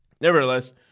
nevertheless